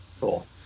Cool